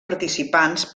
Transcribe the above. participants